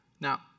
Now